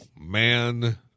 man